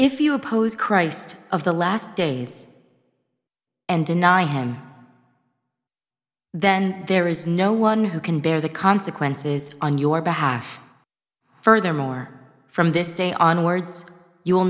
if you oppose christ of the last days and deny him then there is no one who can bear the consequences on your behalf furthermore from this day onwards you will